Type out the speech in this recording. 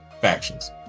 factions